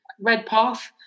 Redpath